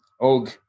Og